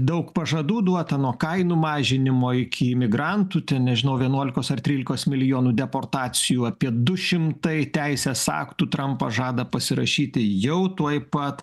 daug pažadų duota nuo kainų mažinimo iki imigrantų ten nežinau vienuolikos ar trylikos milijonų deportacijų apie du šimtai teisės aktų trampas žada pasirašyti jau tuoj pat